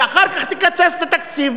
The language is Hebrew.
ואחר כך תקצץ בתקציב,